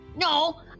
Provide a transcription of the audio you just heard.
no